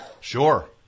Sure